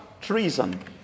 Treason